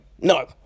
No